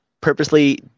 purposely